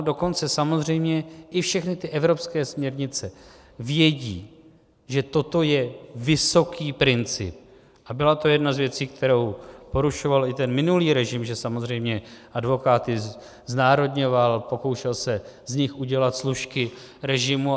Dokonce samozřejmě i všechny ty evropské směrnice vědí, že toto je vysoký princip, a byla to jedna z věcí, kterou porušoval i minulý režim, že samozřejmě advokáty znárodňoval, pokoušel se z nich udělat služky režimu.